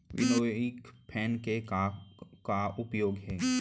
Winnowing fan के का का उपयोग हे?